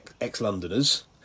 ex-Londoners